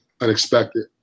unexpected